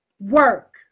work